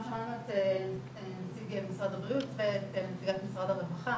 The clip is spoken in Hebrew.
גם שמענו את נציג משרד הבריאות ואת נציגת משרד הרווחה,